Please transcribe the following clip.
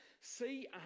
See